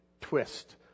twist